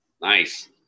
Nice